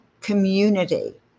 community